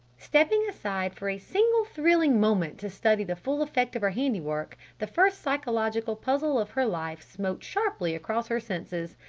stepping aside for a single thrilling moment to study the full effect of her handiwork, the first psychological puzzle of her life smote sharply across her senses.